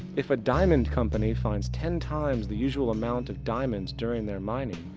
if a diamond company finds ten times the usual amount of diamonds during their mining,